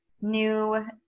new